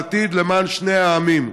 בעתיד למען שני העמים.